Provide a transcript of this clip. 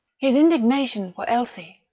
his indignation for elsie,